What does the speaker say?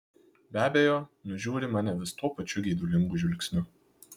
be abejo nužiūri mane vis tuo pačiu geidulingu žvilgsniu